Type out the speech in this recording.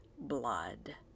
blood